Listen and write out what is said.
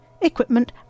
equipment